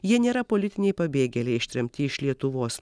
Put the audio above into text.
jie nėra politiniai pabėgėliai ištremti iš lietuvos